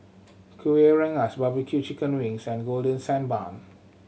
Kueh Rengas barbecue chicken wings and Golden Sand Bun